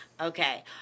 Okay